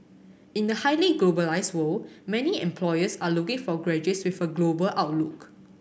in a highly globalised world many employers are looking for graduates with a global outlook